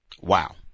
Wow